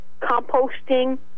Composting